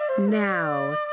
now